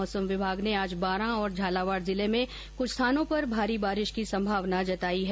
मौसम विभाग ने आज बारां और झालावाड़ जिले में कृछ स्थानों पर भारी बारिश की संभावना जताई है